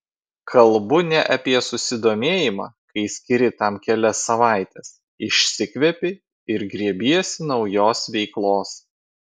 kalbu ne apie susidomėjimą kai skiri tam kelias savaites išsikvepi ir grėbiesi naujos veiklos